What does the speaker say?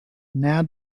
now